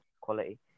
quality